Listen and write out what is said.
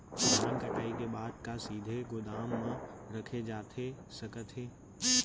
धान कटाई के बाद का सीधे गोदाम मा रखे जाथे सकत हे?